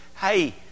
hey